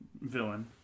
villain